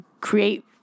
create